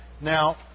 Now